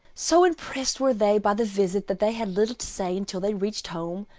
so impressed were they by the visit that they had little to say until they reached home,